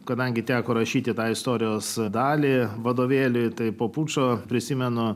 kadangi teko rašyti tą istorijos dalį vadovėlį tai po pučo prisimenu